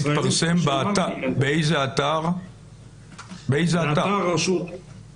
באיזה אתר זה מתפרסם?